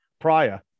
prior